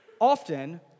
often